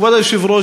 כבוד היושב-ראש,